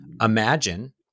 imagine